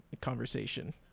conversation